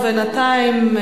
ובינתיים,